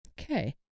okay